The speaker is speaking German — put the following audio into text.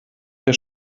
der